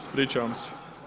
Ispričavam se.